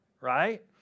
right